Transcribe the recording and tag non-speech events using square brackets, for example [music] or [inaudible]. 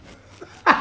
[laughs]